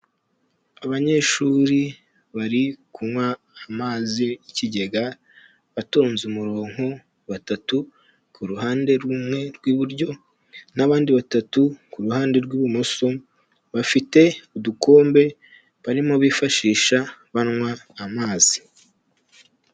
Abanyeshuri bari kunywa amazi y'ikigega batonze umurongo, batatu ku ruhande rumwe rw'iburyo n'abandi batatu ku ruhande rw'ibumoso, bafite udukombe barimo bifashisha banywa amazi.